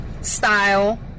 style